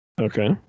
Okay